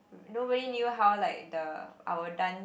nobody knew how like the our dance